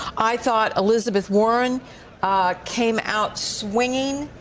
i thought elizabeth warren came out swinging,